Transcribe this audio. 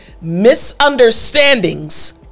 misunderstandings